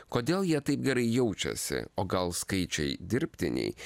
kodėl jie taip gerai jaučiasi o gal skaičiai dirbtiniai